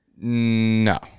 No